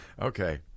Okay